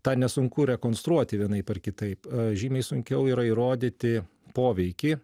tą nesunku rekonstruoti vienaip ar kitaip žymiai sunkiau yra įrodyti poveikį